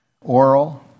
Oral